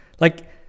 Like-